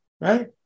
right